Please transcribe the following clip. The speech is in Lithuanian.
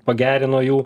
pagerino jų